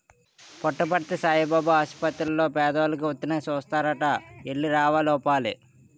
పుట్టపర్తి సాయిబాబు ఆసపత్తిర్లో పేదోలికి ఉత్తినే సూస్తారట ఎల్లి రావాలి ఒకపాలి